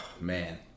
man